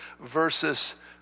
versus